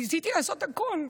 ניסיתי לעשות הכול,